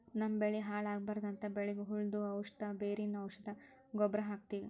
ನಮ್ಮ್ ಬೆಳಿ ಹಾಳ್ ಆಗ್ಬಾರ್ದು ಅಂತ್ ಬೆಳಿಗ್ ಹುಳ್ದು ಔಷಧ್, ಬೇರಿನ್ ಔಷಧ್, ಗೊಬ್ಬರ್ ಹಾಕ್ತಿವಿ